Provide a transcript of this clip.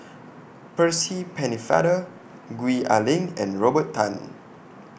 Percy Pennefather Gwee Ah Leng and Robert Tan